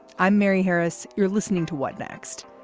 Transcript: i'm mary harris. you're listening to what next.